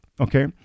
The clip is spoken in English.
okay